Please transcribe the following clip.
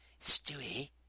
Stewie